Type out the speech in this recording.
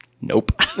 Nope